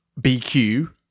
BQ